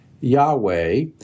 Yahweh